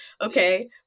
Okay